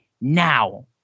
now